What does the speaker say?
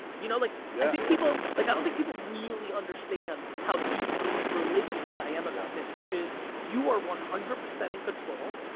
you know like i think people, like i don't think people really understand how deeply religious i am about this which is you are one hundred percent in control.